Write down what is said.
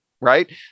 right